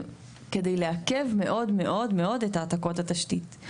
כדי לעכב מאוד מאוד מאוד את העתקות התשתית.